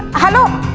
hello,